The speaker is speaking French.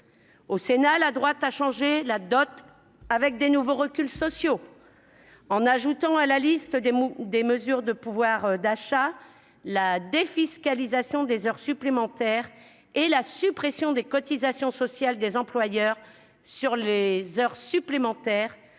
Au Sénat, la droite a chargé la dot, en votant de nouveaux reculs sociaux et en ajoutant à la liste des mesures de pouvoir d'achat la défiscalisation des heures supplémentaires et la suppression des cotisations sociales des employeurs sur les heures supplémentaires.